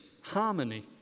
harmony